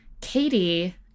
Katie